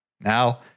Now